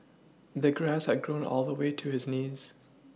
the grass had grown all the way to his knees